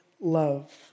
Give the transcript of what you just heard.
love